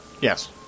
Yes